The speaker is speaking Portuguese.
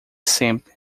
sempre